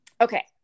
Okay